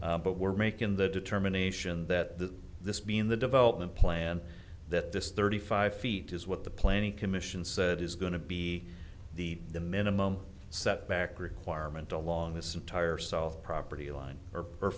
else but we're making the determination that the this being the development plan that this thirty five feet is what the planning commission said is going to be the the minimum setback requirement along this entire self property line or or